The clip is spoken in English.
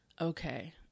okay